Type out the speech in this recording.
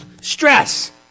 stress